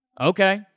Okay